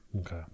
Okay